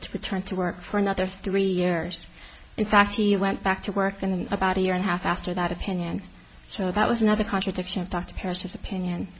to return to work for another three years in fact he went back to work and about a year and half after that opinion so that was another contradiction of dr person's opinion